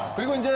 we went